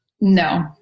No